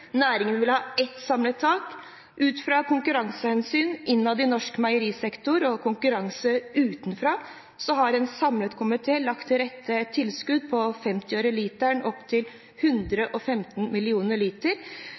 Næringen vil ha ett samlet tak. Ut fra konkurransehensyn innad i norsk meierisektor og konkurranse utenfra har en samlet komité lagt til rette for et tilskudd på 50 øre per liter